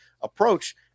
approach